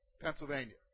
Pennsylvania